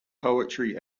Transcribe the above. poetry